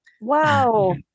Wow